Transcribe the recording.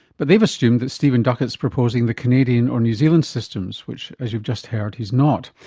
but they've assumed that stephen duckett's proposing the canadian or new zealand systems which, as you've just heard, he's not.